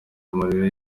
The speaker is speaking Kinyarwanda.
amarira